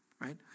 right